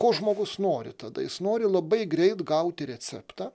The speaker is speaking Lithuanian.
ko žmogus nori tada jis nori labai greit gauti receptą